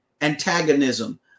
antagonism